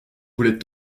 voulait